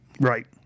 right